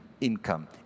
income